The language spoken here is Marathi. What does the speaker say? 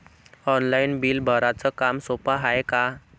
ऑनलाईन बिल भराच काम सोपं हाय का?